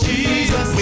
Jesus